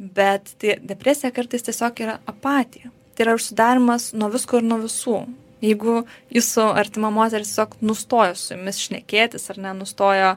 bet tai depresija kartais tiesiog yra apatija tai yra užsidarymas nuo visko ir nuo visų jeigu jūsų artima moteris tiesiog nustojo su jumis šnekėtis ar ne nustojo